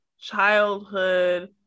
childhood